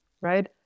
right